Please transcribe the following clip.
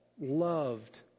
loved